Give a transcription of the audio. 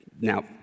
Now